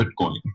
Bitcoin